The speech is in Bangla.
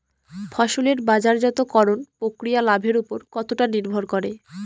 ফসলের বাজারজাত করণ প্রক্রিয়া লাভের উপর কতটা নির্ভর করে?